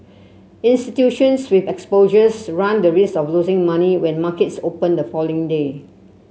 institutions with exposures run the risk of losing money when markets open the following day